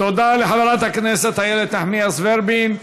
תודה לחברת הכנסת איילת נחמיאס ורבין.